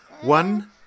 One